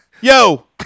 Yo